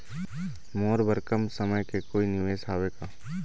मोर बर कम समय के कोई निवेश हावे का?